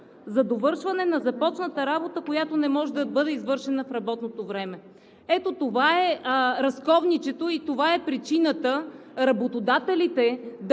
„За довършване на започната работа, която не може да бъде извършена в работното време.“ Ето това е разковничето и това е причината работодателите